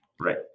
Right